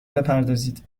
بپردازید